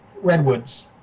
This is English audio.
Redwoods